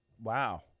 Wow